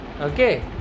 Okay